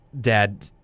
dad